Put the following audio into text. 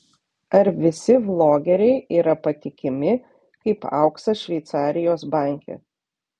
ar visi vlogeriai yra patikimi kaip auksas šveicarijos banke